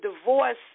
divorce